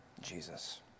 Jesus